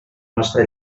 nostra